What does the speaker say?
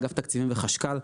אגף תקציבים וחשכ"ל.